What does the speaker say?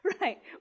right